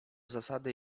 zasady